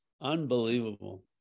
Unbelievable